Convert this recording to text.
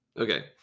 Okay